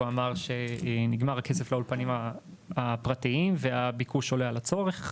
והוא אמר שנגמר הכסף לאולפנים הפרטיים והביקוש עולה על הצורך,